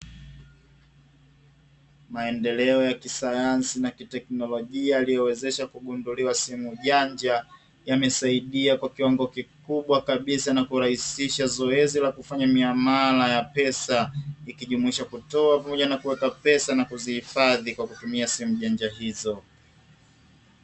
Maendeleo ya kisayansi na teknolojia iliyowezesha kugunduliwa sehemu janja, yamesaidia kwa kiwango kikubwa kabisa na kurahisisha zoezi la kufanya miamala ya pesa, ikijumuisha kutoa pamoja na kuweka pesa na kuzihifadhi kwa kutumia simu janja hizo.